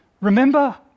Remember